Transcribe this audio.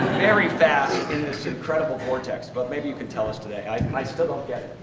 very fast in this incredible vortex. but maybe you can tell us today. i still don't get